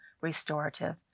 restorative